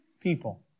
people